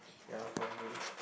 ya probably